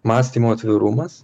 mąstymo atvirumas